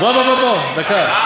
לא, לא, בוא, בוא, דקה.